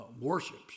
worships